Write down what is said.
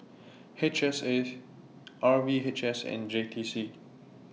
H S A R V H S and J T C